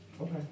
Okay